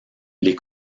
les